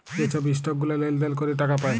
যে ছব ইসটক গুলা লেলদেল ক্যরে টাকা পায়